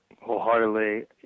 wholeheartedly